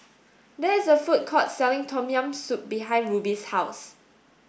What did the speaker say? there is a food court selling Tom Yam Soup behind Ruby's house